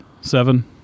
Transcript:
Seven